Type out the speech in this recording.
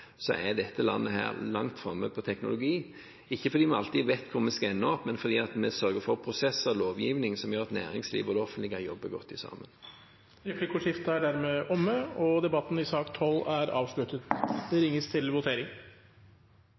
Så handler det nå om hvordan vi følger dette opp. Men hvis vi ser på samferdselsområdet, for å bruke det som eksempel, hva vi holder på med innenfor luftfart, skipsfart, veitrafikk og jernbane, er dette landet langt framme på teknologi – ikke fordi vi alltid vet hvor vi skal ende opp, men fordi vi sørger for prosesser og lovgivning som gjør at næringslivet og